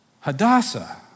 Hadassah